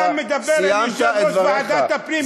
אתה מדבר עם יושב-ראש ועדת הפנים,